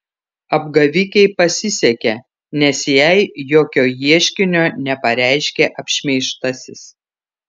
apgavikei pasisekė nes jai jokio ieškinio nepareiškė apšmeižtasis